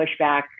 pushback